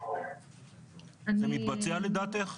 זה מתבצע לדעתך?